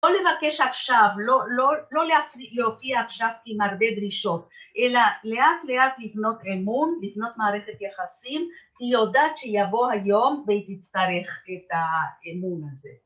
‫לא לבקש עכשיו, ‫לא להופיע עכשיו עם הרבה דרישות, ‫אלא לאט-לאט לבנות אמון, ‫לבנות מערכת יחסים, ‫היא יודעת שיבוא היום ‫והיא תצטרך את האמון הזה.